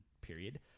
period